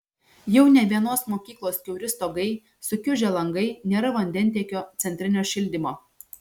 jau ne vienos mokyklos kiauri stogai sukiužę langai nėra vandentiekio centrinio šildymo